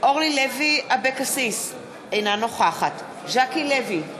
אורלי לוי אבקסיס, אינה נוכחת ז'קי לוי,